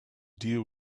deal